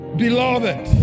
beloved